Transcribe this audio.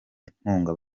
inkunga